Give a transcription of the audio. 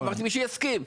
מי שיסכים.